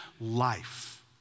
life